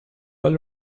all